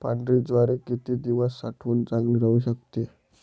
पांढरी ज्वारी किती दिवस साठवून चांगली राहू शकते?